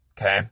okay